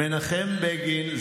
מנחם בגין,